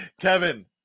Kevin